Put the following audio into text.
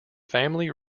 family